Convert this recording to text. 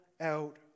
out